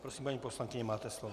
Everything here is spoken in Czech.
Prosím, paní poslankyně, máte slovo.